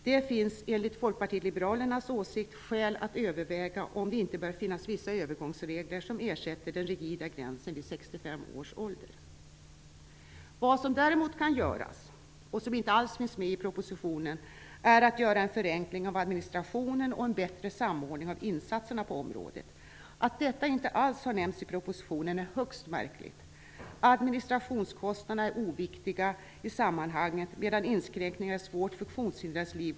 Det finns enligt Folkpartiet liberalernas åsikt skäl att överväga om det inte bör införas vissa övergångsregler som ersätter den rigida gränsen vid 65 års ålder. Något som inte alls finns med i propositionen men som däremot skulle kunna genomföras är en förenkling av administrationen och en bättre samordning av insatserna på området. Att detta inte alls har nämnts i propositionen är högst märkligt. Administrationskostnaderna anses vara oviktiga i sammanhanget, medan det går bra att föreslå inskränkningar i svårt funktionshindrades liv.